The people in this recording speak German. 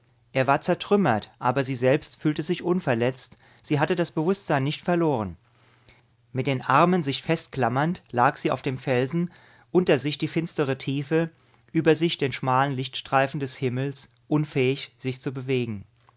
er war zertrümmert aber sie selbst fühlte sich unverletzt sie hatte das bewußtsein nicht verloren mit den armen sich festklammernd lag sie auf dem felsen unter sich die finstere tiefe über sich den schmalen lichtstreifen des himmels unfähig sich zu bewegen